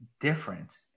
different